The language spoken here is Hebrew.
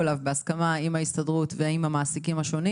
אליו בהסכמה עם ההסתדרות ועם המעסיקים השונים